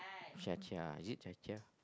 Jia-Jia is it Jia-Jia